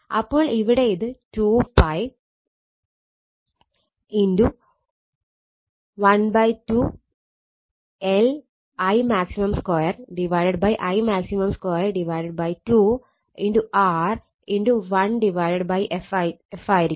അപ്പോൾ ഇവിടെ അത് 2 𝜋 12 L Imax2 Imax2 2 R 1 f എന്നായിരിക്കും